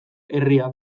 herria